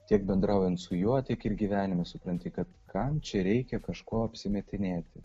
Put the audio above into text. tiek bendraujant su juo tiek ir gyvenime supranti kad kam čia reikia kažkuo apsimetinėti